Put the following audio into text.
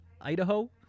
Idaho